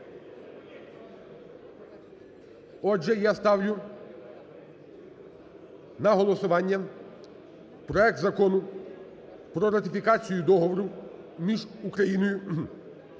Отже, я ставлю на голосування проект Закону про ратифікацію Договору між Україною